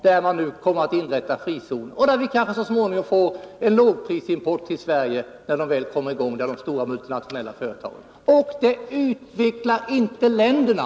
Där kommer man nu att inrätta en frizon, och därifrån kanske vi så småningom får en lågprisimport till Sverige, när de stora multinationella företagen väl har kommit i gång. Och det viktiga i sammanhanget: Det här systemet utvecklar inte länderna.